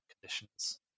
conditions